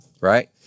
right